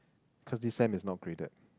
cause this sem is not graded